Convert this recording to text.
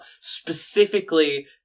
specifically